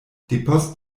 depost